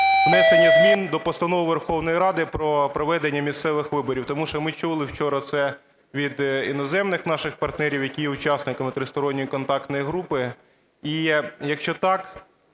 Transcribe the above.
внесення змін до Постанови Верховної Ради про проведення місцевих виборів. Тому що ми чули вчора це від іноземних наших партнерів, які є учасниками Тристоронньої контактної групи. І якщо так,